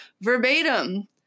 verbatim